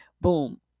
boom